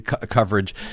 coverage